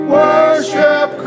worship